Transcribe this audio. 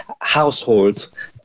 household